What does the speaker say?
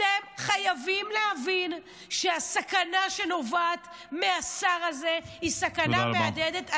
אתם חייבים להבין שהסכנה שנובעת מהשר הזה היא סכנה מהדהדת.